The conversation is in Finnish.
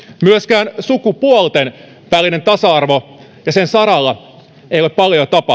myöskään sukupuolten välisen tasa arvon saralla ei ole paljoa tapahtunut